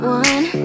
one